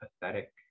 pathetic